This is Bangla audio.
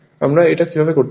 আমরা এটা কিভাবে করতে পারি